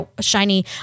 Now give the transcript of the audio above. shiny